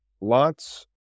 lots